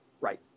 right